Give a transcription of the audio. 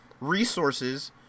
resources